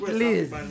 Please